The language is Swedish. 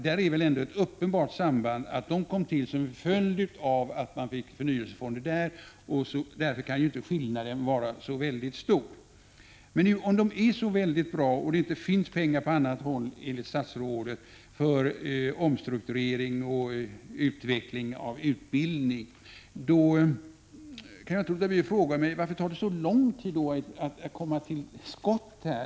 Det finns ett uppenbart samband. De statliga förnyelsefonderna kom som en följd av förnyelsefonderna på den privata sidan. Därför kan inte skillnaden mellan dessa fonder vara så stor. Om nu dessa fonder är så bra och om det inte finns pengar på annat håll, enligt statsrådet, för omstrukturering och utveckling av utbildning, varför tar det då så lång tid att komma till skott?